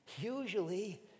usually